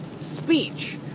speech